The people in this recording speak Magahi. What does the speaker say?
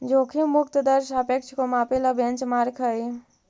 जोखिम मुक्त दर सापेक्ष को मापे ला बेंचमार्क हई